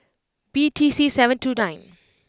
B T C seven two nine